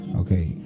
okay